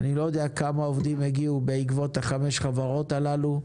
אני לא יודע כמה עובדים יגיעו בעקבות חמש החברות הללו,